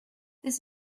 this